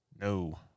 No